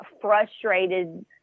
frustrated